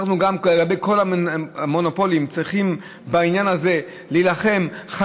אנחנו צריכים להילחם בכל המונופולים בעניין הזה חזק,